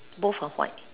both are white